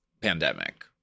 pandemic